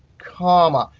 comma.